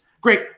Great